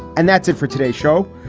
and that's it for today's show.